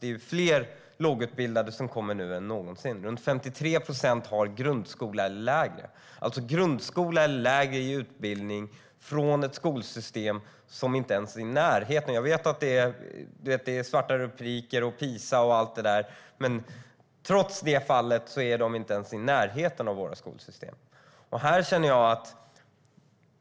Det är fler lågutbildade som kommer nu än någonsin. 53 procent har grundskoleutbildning eller lägre från ett skolsystem som inte ens är i närheten av vårt. Jag vet att det är svarta rubriker om PISA och allt det där, men trots det är de inte ens i närheten av vårt skolsystem.